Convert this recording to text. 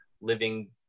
living